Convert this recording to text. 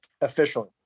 officially